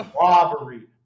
Robbery